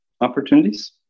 opportunities